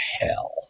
hell